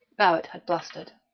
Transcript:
barrett had blustered.